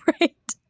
right